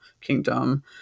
Kingdom